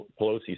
Pelosi